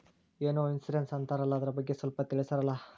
ಏನೋ ಇನ್ಸೂರೆನ್ಸ್ ಅಂತಾರಲ್ಲ, ಅದರ ಬಗ್ಗೆ ಸ್ವಲ್ಪ ತಿಳಿಸರಲಾ?